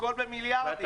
הכול במיליארדים.